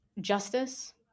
justice